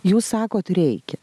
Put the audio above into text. jūs sakot reikia